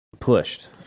pushed